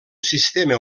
sistema